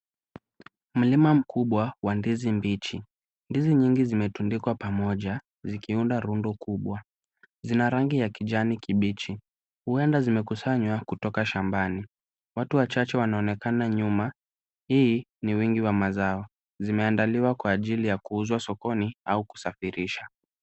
Mlima mkubwa wa ndizi mbichi. Ndizi nyingi zimetundikwa pamoja, zikiunda rundo kubwa, zina rangi ya kijani kibichi huenda zimekusanywa kutoka shambani. Watu wachache wanaonekana nyuma. Hii ni wingi wa mazao, zimeandaliwa kwa ajili ya kuuzwa sokoni au kisafirisha.